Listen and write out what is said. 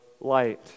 light